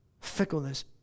Fickleness